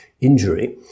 injury